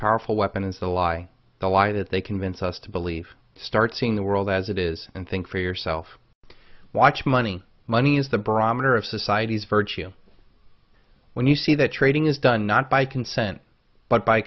powerful weapon is the lie the lie that they convince us to believe start seeing the world as it is and think for yourself watch money money is the barometer of society's virtue when you see that trading is done not by consent but by